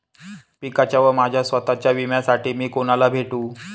पिकाच्या व माझ्या स्वत:च्या विम्यासाठी मी कुणाला भेटू?